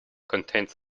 contained